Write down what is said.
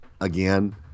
again